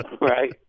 right